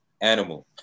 animal